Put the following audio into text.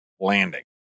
landing